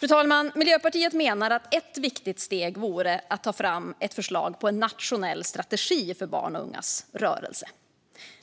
Fru talman! Miljöpartiet menar att ett viktigt steg vore att ta fram ett förslag på en nationell strategi för barns och ungas rörelse.